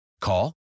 Call